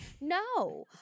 no